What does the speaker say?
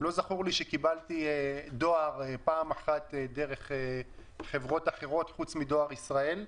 לא זכור לי שקיבלתי דואר פעם אחת דרך חברות אחרות חוץ מדואר ישראל.